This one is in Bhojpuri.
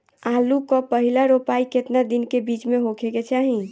आलू क पहिला रोपाई केतना दिन के बिच में होखे के चाही?